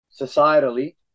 societally